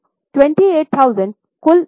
अब 28000 कुल 60 पर है